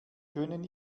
können